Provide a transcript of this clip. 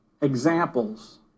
examples